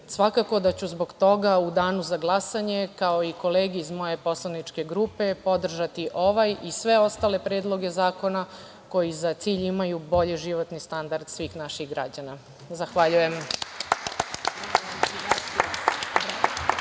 Svako da ću zbog toga u danu za glasanje, kao i kolege iz moje poslaničke grupe podržati ovaj i sve ostale predloge zakona koji za cilj imaju bolji životni standard svih naših građana. Zahvaljujem.